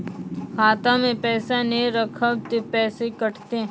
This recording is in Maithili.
खाता मे पैसा ने रखब ते पैसों कटते?